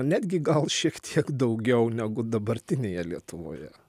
netgi gal šiek tiek daugiau negu dabartinėje lietuvoje